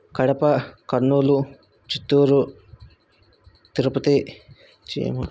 కడప కర్నూలు చిత్తూరు తిరుపతి చీమ